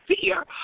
fear